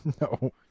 No